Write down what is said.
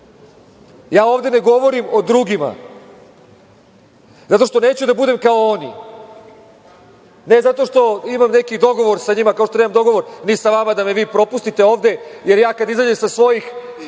Ja ovde ne govorim o drugima zato što neću da budem kao oni. Ne zato što imam neki dogovor sa njima, kao što nemam dogovor ni sa vama da me vi propustite ovde, jer ja kad izađem sa svojih